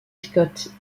scott